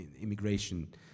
immigration